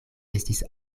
estis